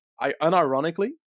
unironically